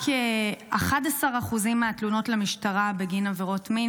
רק 11% מהתלונות למשטרה בגין עבירות מין